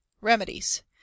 Remedies